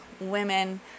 women